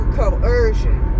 coercion